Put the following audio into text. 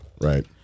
Right